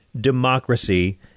democracy